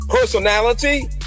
Personality